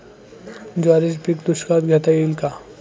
ज्वारीचे पीक दुष्काळात घेता येईल का?